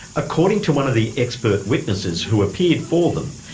according to one of the expert witnesses who appeared for them,